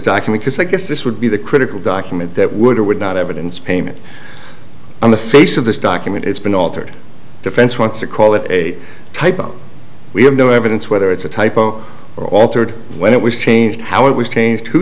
document is i guess this would be the critical document that would or would not evidence payment on the face of this document it's been altered defense wants to call it a typo we have no evidence whether it's a typo or altered when it was changed how it was change